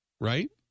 right